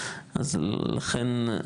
אז לכן,